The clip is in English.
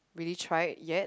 really tried yet